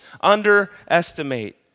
underestimate